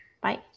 bye